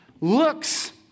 looks